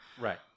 Right